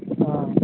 অঁ